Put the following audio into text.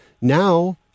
Now